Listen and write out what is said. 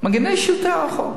מגיני שלטון החוק.